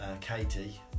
Katie